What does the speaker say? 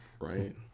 right